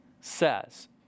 says